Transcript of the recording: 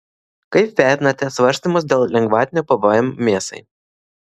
kaip vertinate svarstymus dėl lengvatinio pvm mėsai